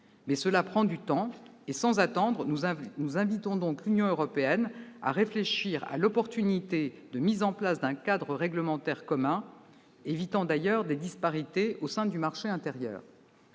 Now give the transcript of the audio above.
Mais cela prend du temps, et sans attendre nous invitons l'Union européenne à réfléchir à l'opportunité de mettre en place un cadre réglementaire commun, de nature d'ailleurs à éviter des disparités au sein du marché intérieur.